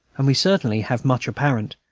and we certainly have much apparent,